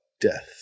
death